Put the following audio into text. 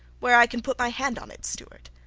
where i can put my hand on it, steward.